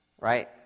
right